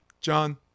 john